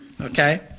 Okay